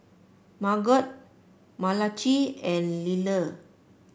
Margot Malachi and Liller